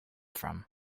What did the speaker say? from